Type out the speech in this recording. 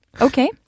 Okay